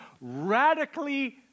radically